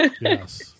Yes